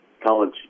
college